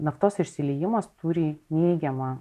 naftos išsiliejimas turi neigiamą